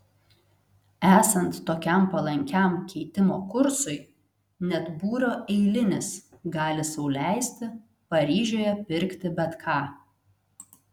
esant tokiam palankiam keitimo kursui net būrio eilinis gali sau leisti paryžiuje pirkti bet ką